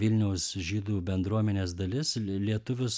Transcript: vilniaus žydų bendruomenės dalis lietuvius